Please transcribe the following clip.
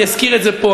אני אזכיר את זה פה.